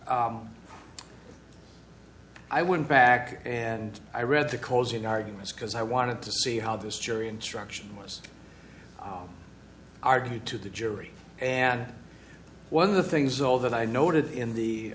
here i went back and i read the closing arguments because i wanted to see how this jury instruction was argued to the jury and one of the things all that i noted in the